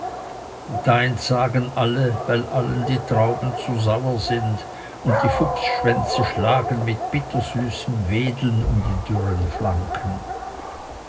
da entsagen alle weil allen die trauben zu sauer sind und die fuchsschwänze schlagen mit bittersüßem wedeln um die dürren flanken